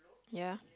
ya